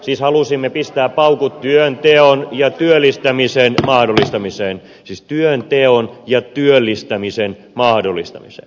siis halusimme pistää paukut työnteon ja työllistämisen mahdollistamiseen siis työnteon ja työllistämisen mahdollistamiseen